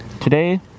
Today